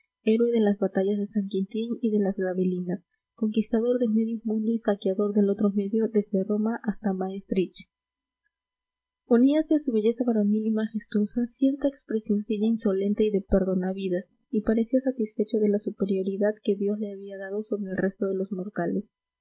héroe de las batallas de san quintín y de las gravelinas conquistador de medio mundo y saqueador del otro medio desde roma hasta maestrich uníase a su belleza varonil y majestuosa cierta expresioncilla insolente y de perdona vidas y parecía satisfecho de la superioridad que dios le había dado sobre el resto de los mortales